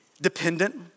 dependent